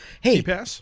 Hey